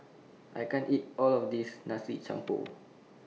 I can't eat All of This Nasi Campur